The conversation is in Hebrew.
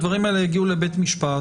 הדברים האלה יגיעו לבית המשפט,